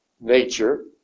nature